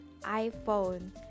iPhone